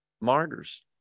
martyrs